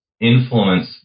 influence